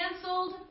canceled